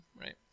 right